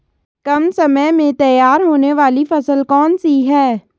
कम समय में तैयार होने वाली फसल कौन सी है?